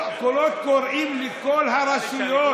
קולות קוראים לכל הרשויות.